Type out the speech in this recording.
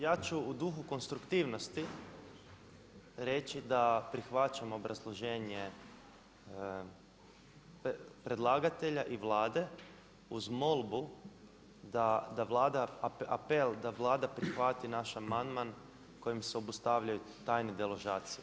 Ja ću u duhu konstruktivnosti reći da prihvaćam obrazloženje predlagatelja i Vlade uz molbu, apel da Vlada prihvati naš amandman kojim se obustavljaju tajne deložacije.